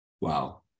Wow